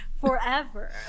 forever